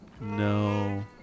No